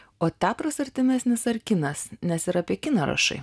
o teatras artimesnis ar kinas nes ir apie kiną rašai